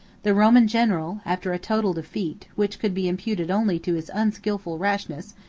the roman general, after a total defeat, which could be imputed only to his unskilful rashness,